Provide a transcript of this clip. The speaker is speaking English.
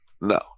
No